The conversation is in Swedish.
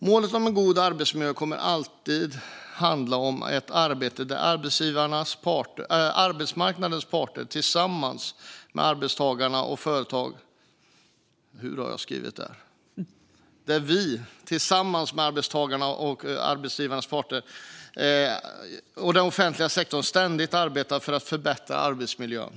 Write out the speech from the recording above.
Målet om god arbetsmiljö kommer alltid att handla om att vi tillsammans med arbetsgivarnas och arbetstagarnas parter, företagen och den offentliga sektorn ständigt arbetar för att förbättra arbetsmiljön.